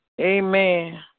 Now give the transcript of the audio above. Amen